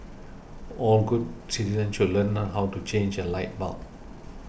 all good citizens should learn how to change a light bulb